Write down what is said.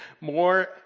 More